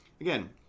again